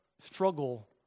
struggle